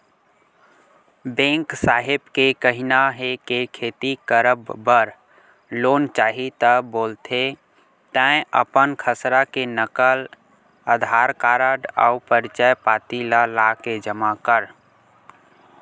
bank साहेब के कहिना हे के खेती करब बर लोन चाही ता बोलथे तंय अपन खसरा के नकल, अधार कारड अउ परिचय पाती ल लाके जमा कर